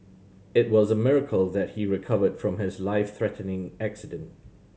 it was a miracle that he recovered from his life threatening accident